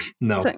No